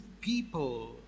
people